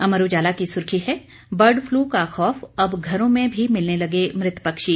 अमर उजाला की सुर्खी है बर्ड फ्लू का खौफ अब घरों में भी मिलने लगे मृत पक्षी